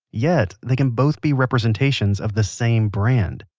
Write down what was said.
yet they can both be representations of the same brand.